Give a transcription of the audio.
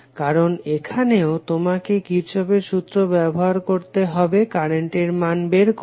কারণ এখানেও তোমাকে কির্শফের সুত্র ব্যবহার করতে হবে কারেন্টের মান বের করতে